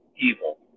evil